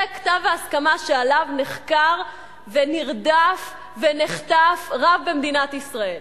זה כתב ההסכמה שעליו נחקר ונרדף ונחטף רב במדינת ישראל,